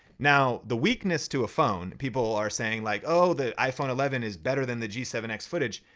now, the weakness to a phone, people are saying like, oh that iphone eleven is better than the g seven x footage,